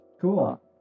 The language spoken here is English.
Cool